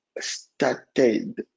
started